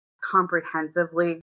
comprehensively